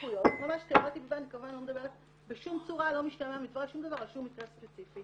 התפתחויות --- בשום צורה לא משתמע מפה שום דבר על שום מקרה ספציפי,